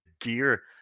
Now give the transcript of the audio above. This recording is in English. gear